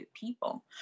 people